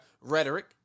rhetoric